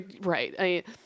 Right